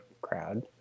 crowd